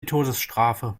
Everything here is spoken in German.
todesstrafe